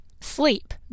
sleep